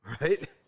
right